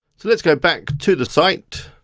so let's go back to the site.